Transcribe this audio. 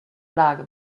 lage